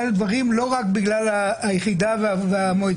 אחד הדברים לא רק בגלל היחידה והמועצה,